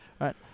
right